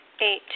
eight